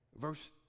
verse